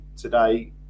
today